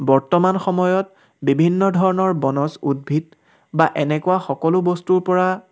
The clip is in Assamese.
বৰ্তমান সময়ত বিভিন্ন ধৰণৰ বনজ উদ্ভিদ বা এনেকুৱা সকলো বস্তুৰ পৰা